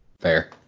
Fair